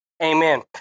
Amen